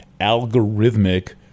algorithmic